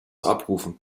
abrufen